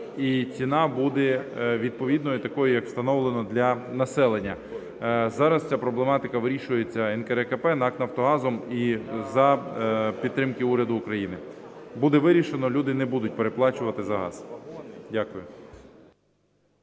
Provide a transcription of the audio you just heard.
ціна буде відповідною, такою, як встановлено для населення. Зараз ця проблематика вирішується НКРЕКП, НАК "Нафтогазом" і за підтримки уряду України, буде вирішено, люди не будуть переплачувати за газ. Дякую.